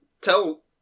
tell